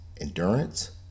endurance